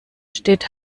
steht